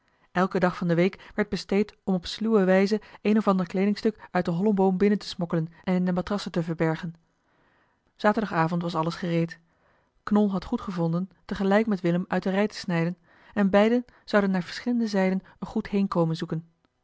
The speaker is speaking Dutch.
elke dag van de week werd besteed eli heimans willem roda om op sluwe wijze een of ander kleedingstuk uit den hollen boom binnen te smokkelen en in de matrassen te verbergen zaterdagavond was alles gereed knol had goed gevonden tegelijk met willem uit de rij te snijden en beiden zouden naar verschillende zijden een goed heenkomen zoeken